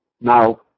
now